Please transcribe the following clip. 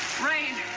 rain,